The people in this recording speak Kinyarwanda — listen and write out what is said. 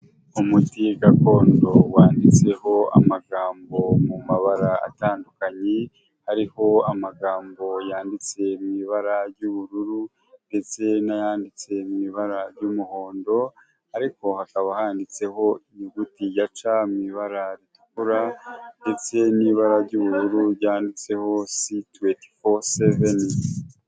Umuti gakondo wanditseho amagambo mu mabara atandukanye hariho amagambo yanditse mw'ibara ry'ubururu ndetse nayanditse mw'ibara ry'umuhondo ariko hakaba handitseho inyuguti ya ''C'' mw'ibara ritukura ndetse n'ibara ry'ubururu ryanditseho C24/7.